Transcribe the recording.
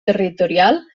territorial